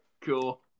cool